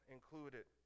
included